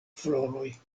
floroj